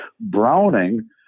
browning